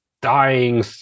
dying